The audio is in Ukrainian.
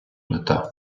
мета